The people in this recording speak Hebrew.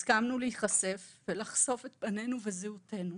הסכמנו להיחשף ולחשוף את פנינו וזהותנו.